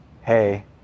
Hey